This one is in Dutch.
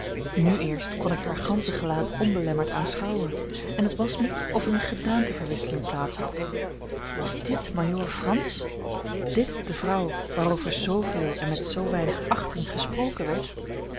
nu eerst kon ik haar gansche gelaat onbelemmerd aanschouwen en het was mij of er eene gedaanteverwisseling plaats had was dit majoor frans dit de vrouw waarover zooveel en met zoo weinig achting gesproken werd